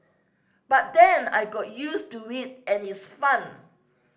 but then I got used to it and its fun